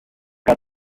got